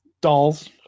dolls